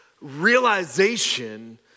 realization